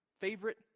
favorite